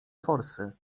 forsy